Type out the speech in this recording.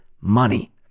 money